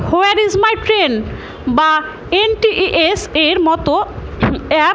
where is my trend বা NTES এর মতো অ্যাপ